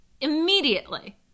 immediately